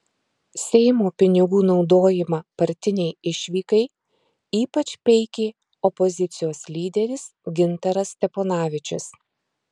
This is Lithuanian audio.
seimo pinigų naudojimą partinei išvykai ypač peikė opozicijos lyderis gintaras steponavičius